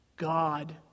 God